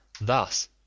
Thus